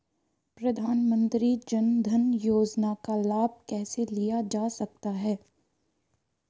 प्रधानमंत्री जनधन योजना का लाभ कैसे लिया जा सकता है?